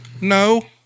No